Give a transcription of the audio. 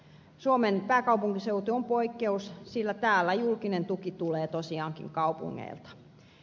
suomen pääkaupunkiseutu on poikkeus sillä täällä julkinen tuki tulee tosiaankin kaupungeilta